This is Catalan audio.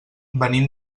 venim